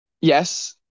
yes